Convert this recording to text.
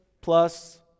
plus